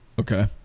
okay